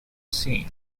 seen